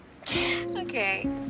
Okay